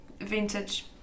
vintage